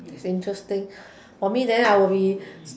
this interesting for me then I would be